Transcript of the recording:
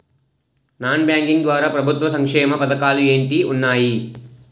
Non banking ద్వారా ప్రభుత్వ సంక్షేమ పథకాలు ఏంటి ఉన్నాయి?